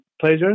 pleasure